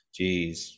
Jeez